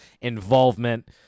involvement